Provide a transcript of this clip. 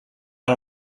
out